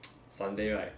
sunday right